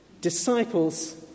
Disciples